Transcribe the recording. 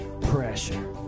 pressure